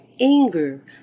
anger